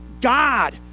God